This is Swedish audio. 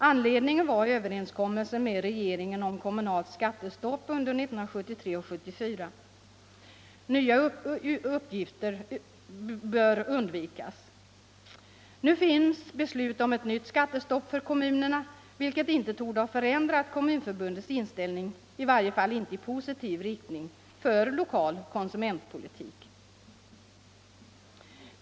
Anledningen var överenskommelsen med regeringen om kommunalt skattestopp under 1973 och 1974. Nya utgifter bör undvikas. Nu finns beslut om ett nytt skattestopp för kommunerna, vilket inte torde ha förändrat Kommunförbundets inställning, i varje fall inte i positiv riktning för lokal konsumentpolitik.